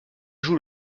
joue